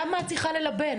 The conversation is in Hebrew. למה את צריכה ללבן?